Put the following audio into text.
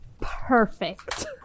Perfect